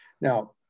Now